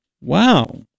Wow